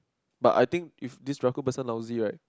but think if this Raju person lousy right